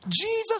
Jesus